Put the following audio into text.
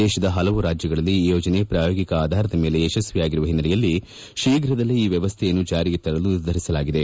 ದೇಶದ ಪಲವು ರಾಜ್ಯಗಳಲ್ಲಿ ಈ ಯೋಜನೆ ಪ್ರಾಯೋಗಿಕ ಆಧಾರದ ಮೇಲೆ ಯಶಸ್ವಿಯಾಗಿರುವ ಹಿನ್ನೆಲೆಯಲ್ಲಿ ಶೀಘದಲ್ಲೇ ಈ ವ್ಯವಸ್ಥೆಯನ್ನು ಜಾರಿಗೆ ತರಲು ನಿರ್ಧರಿಸಲಾಗಿದೆ